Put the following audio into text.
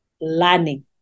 learning